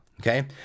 okay